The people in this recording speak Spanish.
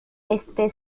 este